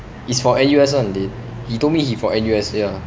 it's for N_U_S [one] they he told me he from N_U_S ya